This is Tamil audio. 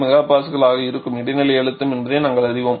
32 MPa ஆக இருக்கும் இடைநிலை அழுத்தம் என்பதை நாங்கள் அறிவோம்